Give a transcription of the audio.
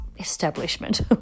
establishment